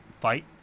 fight